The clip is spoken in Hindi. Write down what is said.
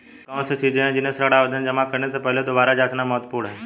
वे कौन सी चीजें हैं जिन्हें ऋण आवेदन जमा करने से पहले दोबारा जांचना महत्वपूर्ण है?